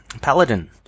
Paladin